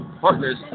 Partners